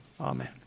Amen